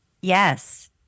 Yes